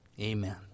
Amen